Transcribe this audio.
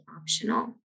optional